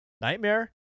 Nightmare